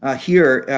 ah here,